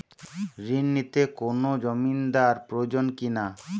ঋণ নিতে কোনো জমিন্দার প্রয়োজন কি না?